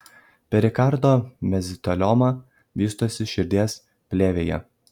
perikardo mezotelioma vystosi širdies plėvėje